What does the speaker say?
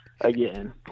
again